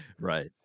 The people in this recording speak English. Right